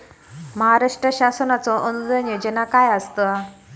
महाराष्ट्र शासनाचो अनुदान योजना काय आसत?